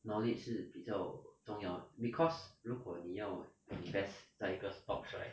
knowledge 是比较重要 because 如果你要 invest 在一个 stocks right